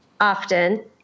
often